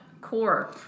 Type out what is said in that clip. core